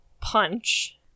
Punch